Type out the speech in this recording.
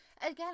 Again